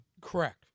Correct